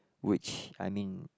which I mean